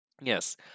Yes